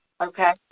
Okay